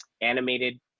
animated